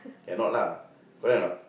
cannot lah correct or not